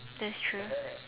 that's true